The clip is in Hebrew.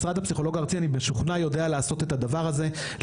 אני משוכנע שמשרד הפסיכולוג הארצי יודע לעשות את הדבר הזה,